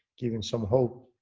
giving some hope,